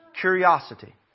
Curiosity